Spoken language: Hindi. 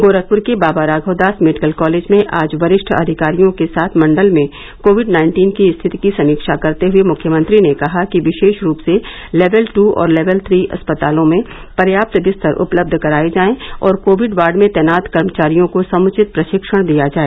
गोरखपुर के बाबा राघवदास मेडिकल कॉलेज में आज वरिष्ठ अधिकारियों के साथ मंडल में कोविड नाइन्टीन की स्थिति की समीक्षा करते हए मुख्यमंत्री ने कहा कि विशेष रूप से लेवल ट् और लेवल थ्री अस्पतालों में पर्याप्त दिस्तर उपलब्ध कराए जाए और कोविड वार्ड में तैनात कर्मचारियों को समुचित प्रशिक्षण दिया जाए